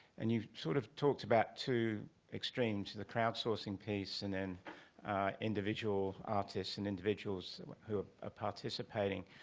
and you've sort of talked about two extremes, the crowdsourcing piece and then individual artists and individuals who are ah participating.